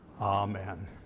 amen